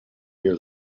near